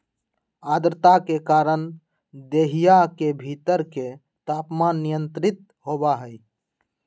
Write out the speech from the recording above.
आद्रता के कारण देहिया के भीतर के तापमान नियंत्रित होबा हई